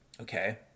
Okay